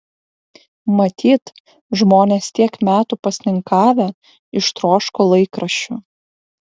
matyt žmonės tiek metų pasninkavę ištroško laikraščių